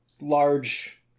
large